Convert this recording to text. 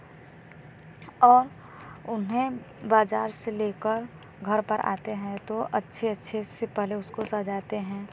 और उन्हें बाज़ार से लेकर घर पर आते हैं तो अच्छे अच्छे से पहले उसको सजाते हैं